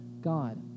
God